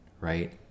right